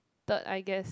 third I guess